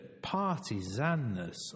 partisanness